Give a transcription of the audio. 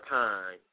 time